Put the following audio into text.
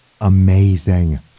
Amazing